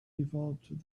evolved